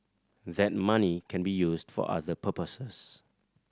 that money can be used for other purposes